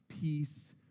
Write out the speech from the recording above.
peace